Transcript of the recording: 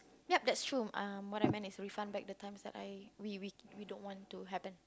yep that's true uh what I meant is refund back the times that I we we don't want to happen